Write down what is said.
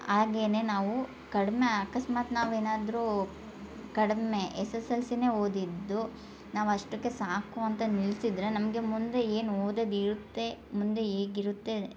ಹಾಗೇನೆ ನಾವು ಕಡ್ಮೆ ಅಕಸ್ಮಾತು ನಾವು ಏನಾದರು ಕಡ್ಮೆ ಎಸ್ ಎಸ್ ಎಲ್ ಸಿನೆ ಓದಿದ್ದು ನಾವು ಅಷ್ಟಕ್ಕೆ ಸಾಕು ಅಂತ ನಿಲ್ಸಿದ್ದರೆ ನಮಗೆ ಮುಂದೆ ಏನು ಓದದೆ ಇರುತ್ತೆ ಮುಂದೆ ಹೇಗಿರುತ್ತೆ